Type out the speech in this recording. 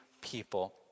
people